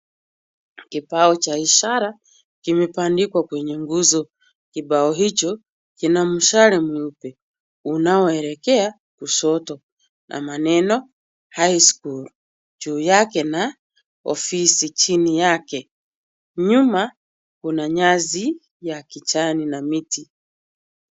Kibao cha ishara kimebandikwa kwenye nguzo, kibao hicho kina mshale unaoelekea kushoto na maneno high school juu yake na ofisi chini yake ,nyuma kuna nyasi ya kijani na miti.